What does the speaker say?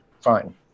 Fine